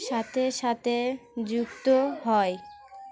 সাথে সাথে যুক্ত হয়